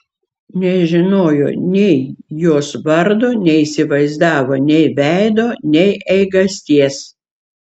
nežinojo nei jos vardo neįsivaizdavo nei veido nei eigasties